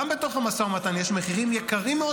גם בתוך המשא ומתן יש מחירים יקרים מאוד